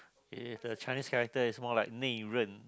if the Chinese character is more like